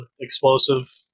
explosive